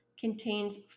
contains